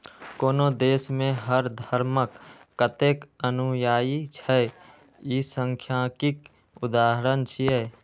कोनो देश मे हर धर्मक कतेक अनुयायी छै, ई सांख्यिकीक उदाहरण छियै